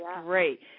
great